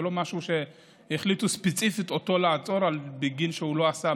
זה לא שהחליטו לעצור אותו ספציפית בגין מעשה שהוא לא עשה.